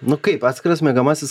nu kaip atskiras miegamasis